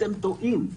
אתם טועים.